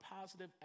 positive